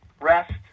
rest